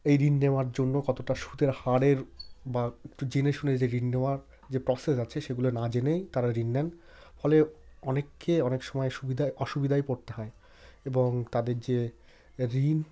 এই ঋণ নেওয়ার জন্য কতটা সুদের হারের বা একটু জেনেশুনে যে ঋণ নেওয়ার যে প্রসেস আছে সেগুলো না জেনেই তারা ঋণ নেন ফলে অনেককে অনেক সময় সুবিধায় অসুবিধায় পড়তে হয় এবং তাদের যে ঋণ